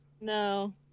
No